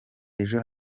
ejo